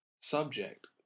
subject